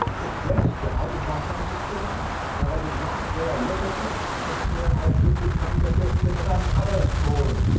the gesture i did not understand and i did not dare look at him for fear i should become the victim of another story.